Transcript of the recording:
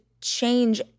change